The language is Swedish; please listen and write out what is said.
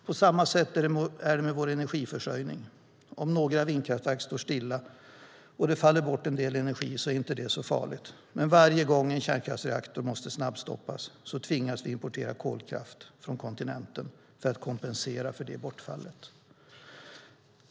På samma sätt är det med vår energiförsörjning: Om några vindkraftverk står stilla och det faller bort en del energi är det inte så farligt, men varje gång en kärnkraftsreaktor måste snabbstoppas tvingas vi importera kolkraft från kontinenten för att kompensera för bortfallet.